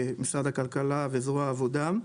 משרד הכלכלה וזרוע העבודה.